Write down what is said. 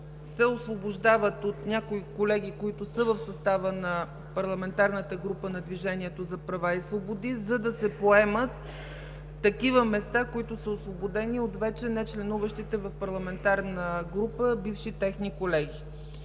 се освобождават от някои колеги, които са в състава на Парламентарната група на Движението за права и свободи, за да се поемат такива места, които са освободени от вече нечленуващите в парламентарна група бивши техни колеги.